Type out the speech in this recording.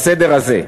בסדר הזה.